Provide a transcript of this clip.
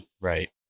Right